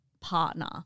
partner